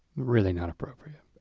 really not appropriate.